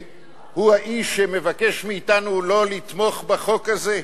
שהוא האיש שמבקש מאתנו לא לתמוך בחוק הזה?